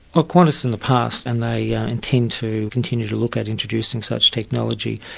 well qantas in the past, and they yeah intend to continue to look at introducing such technology,